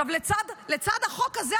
לצד החוק הזה,